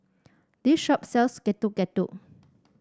this shop sells Getuk Getuk